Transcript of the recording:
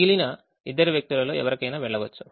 మిగిలిన ఇద్దరు వ్యక్తులలో ఎవరికైనా వెళ్ళవచ్చు